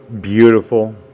Beautiful